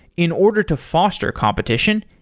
in order to foster competition,